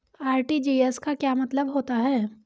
RTGS का क्या मतलब होता है?